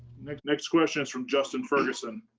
next next question is from justin ferguson.